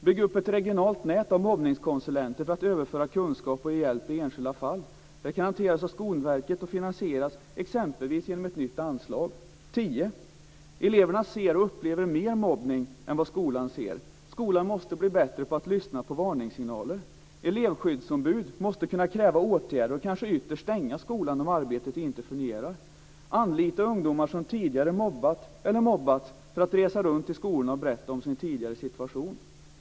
Bygga upp ett regionalt nät av mobbningskonsulenter för att överföra kunskap och hjälp i enskilda fall. Det garanteras av Skolverket och finansieras exempelvis genom ett nytt anslag. 10. Eleverna ser och upplever mer mobbning än vad skolan ser. Skolan måste bli bättre på att lyssna på varningssignaler. Elevskyddsombud måste kunna kräva åtgärder och kanske ytterst stänga skolan om arbetet inte fungerar. Anlita ungdomar som tidigare mobbat eller mobbats för att resa runt i skolorna och berätta om sin tidigare situation.